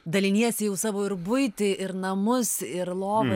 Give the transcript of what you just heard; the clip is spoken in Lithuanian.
daliniesi jau savo ir buitį ir namus ir lovą